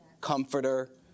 Comforter